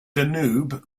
danube